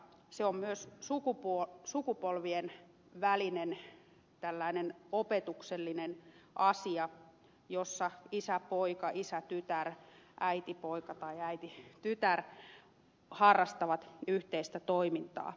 se on myös sukupol vien välinen tällainen opetuksellinen asia jossa isäpoika isätytär äitipoika tai äititytär harrastavat yhteistä toimintaa